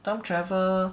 time travel